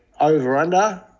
over-under